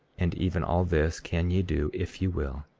and even all this can ye do if ye will.